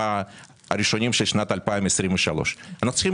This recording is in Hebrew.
בחודשיים הראשונים של שנת 2023. אנחנו צריכים